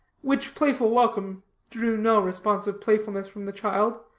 which playful welcome drew no responsive playfulness from the child,